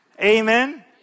Amen